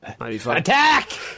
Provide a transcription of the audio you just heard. Attack